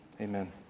Amen